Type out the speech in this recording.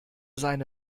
seine